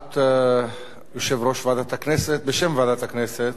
הודעת יושב-ראש ועדת הכנסת, בשם ועדת הכנסת,